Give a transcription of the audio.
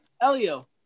Elio